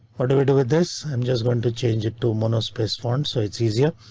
what do i do with this? i'm just going to change it to monospace font so it's easier.